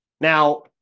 Now